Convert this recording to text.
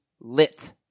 lit